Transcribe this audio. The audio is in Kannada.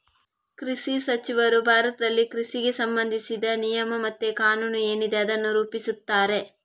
ಕೃಷಿ ಸಚಿವರು ಭಾರತದಲ್ಲಿ ಕೃಷಿಗೆ ಸಂಬಂಧಿಸಿದ ನಿಯಮ ಮತ್ತೆ ಕಾನೂನು ಏನಿದೆ ಅದನ್ನ ರೂಪಿಸ್ತಾರೆ